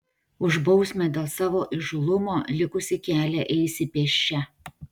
už bausmę dėl savo įžūlumo likusį kelią eisi pėsčia